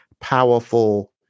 powerful